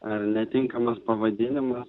ar netinkamas pavadinimas